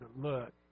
look